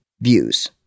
views